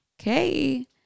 Okay